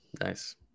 Nice